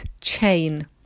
chain